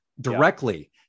directly